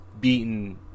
beaten